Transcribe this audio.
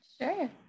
sure